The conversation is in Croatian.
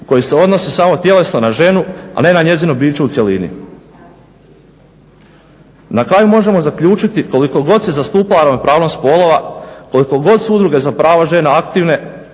koji se odnose samo tjelesno na ženu, a ne na njezino biće u cjelini. Na kraju možemo zaključiti koliko god se zastupala ravnopravnost spolova, koliko god su udruge za prava žena aktivne